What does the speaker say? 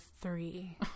three